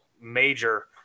major